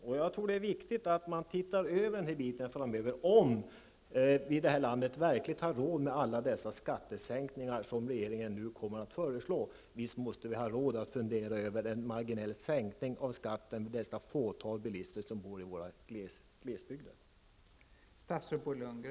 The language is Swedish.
Det är viktigt att se över den här frågan framöver, om vi i det här landet verkligen har råd med alla dessa skattesänkningar som regeringen nu kommer att föreslå. Visst måste vi ha råd att fundera över en marginell sänkning av skatten för det fåtal bilister som bor i våra glesbygder.